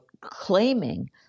claiming